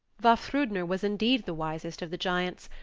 vafthrudner was indeed the wisest of the giants,